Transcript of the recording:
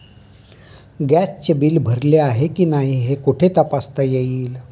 गॅसचे बिल भरले आहे की नाही हे कुठे तपासता येईल?